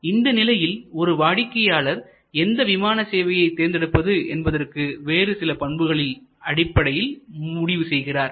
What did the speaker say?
இந்நிலையில் ஒரு வாடிக்கையாளர் எந்த விமான சேவையை தேர்ந்தெடுப்பது என்பதற்கு வேறு சில பண்புகளில் அடிப்படையில் முடிவு செய்கிறார்